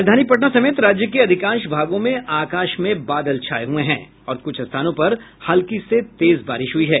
राजधानी पटना समेत राज्य के अधिकांश भागों में आकाश में बादल छाये हये हैं और कुछ स्थानों पर हल्की से तेज बारिश हुई है